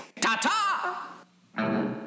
Ta-ta